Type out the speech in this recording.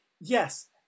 yes